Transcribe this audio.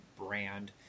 brand